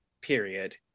period